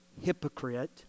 hypocrite